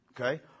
Okay